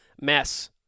mess